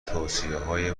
توصیههای